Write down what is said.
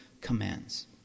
commands